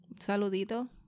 Saludito